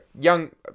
young